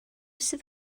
sydd